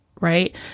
right